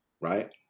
right